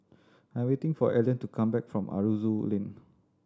I am waiting for Elden to come back from Aroozoo Lane